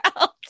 else